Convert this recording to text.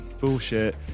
bullshit